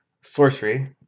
Sorcery